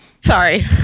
Sorry